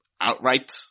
outright